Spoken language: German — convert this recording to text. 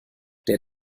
der